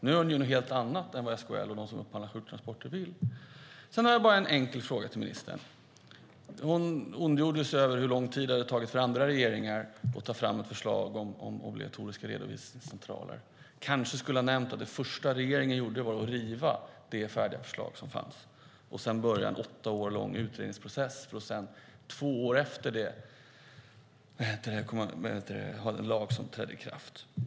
Nu gör ni något helt annat än vad SKL och de som upphandlar sjuktransporter vill. Sedan har jag en enkel fråga till ministern. Hon ondgjorde sig över hur lång tid det hade tagit för andra regeringar att ta fram förslag om obligatoriska redovisningscentraler. Hon kanske skulle ha nämnt att det första regeringen gjorde var att riva det färdiga förslag som fanns, och sedan började en åtta år lång utredningsprocess, och två år efter det har man en lag som träder i kraft.